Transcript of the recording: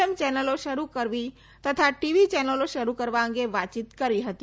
એમ ચેનલો શરૂ કરવી તથા ટીવી ચેનલો શરૂ કરવા અંગે વાતયીત કરી હતી